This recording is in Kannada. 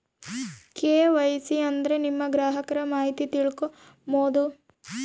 ಕೆ.ವೈ.ಸಿ ಅಂದ್ರೆ ನಿಮ್ಮ ಗ್ರಾಹಕರ ಮಾಹಿತಿ ತಿಳ್ಕೊಮ್ಬೋದು